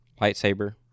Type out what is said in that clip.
Lightsaber